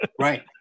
Right